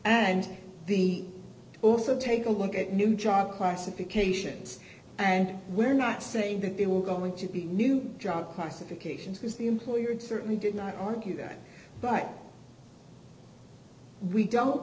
and also take a look at new job classifications and we're not saying that they were going to be new drug classifications was the employer and certainly did not argue that but we don't